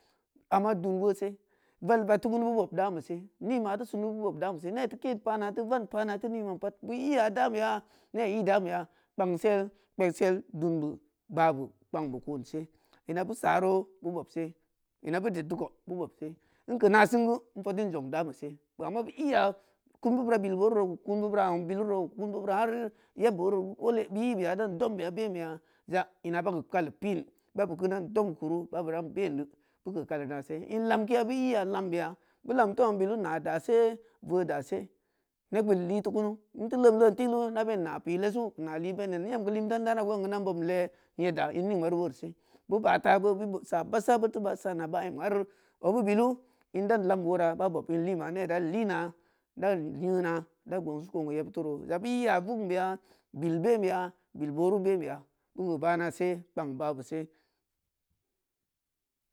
Ama dun wose val vad teu kunu beu bob damese ni ma teu sunu beu bob damese ne teu keen pana teu vanpana teu ni man pat beu iya dameya ne iyi dameya kpangse kpengselse dunbe ɓabu kpangbe koon se ina beu saro beu bobs eina beu ded deu kou beu bobse in keu na sen geu in fatin zong da mese tooh ama beu iya kun beu bura bil booruro keu kun meu burao ng bilu ni keu kunmeu bura har yeb booruro geu koole meu ibiya dan dombeya ben beya jan in aba keu kali pin ba beu kin dandom keu kuri ba beu ran bein de beu keu kalinase in lamke ya beu iya lambeya beu lam teu ong bilu naah dase vooh dase neburi litpu kunu in teu le’am leen tigeulu ida ben naah pi leesu naah li bere in em keu idaran wo’on geu idan bobm leeh nyedda in ning ma re won se beu bata geu beu sa baahsa beuteu baah sana bae m har obeu bilu indan lambe woraba bob in lina ne dan lina dan leena da gongsi sun keu yeb teuro ja beu i ya vugnbeya bil benya bil booru benbeya beu keu baahnase kpang baahbese